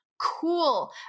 cool